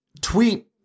tweet